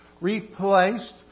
Replaced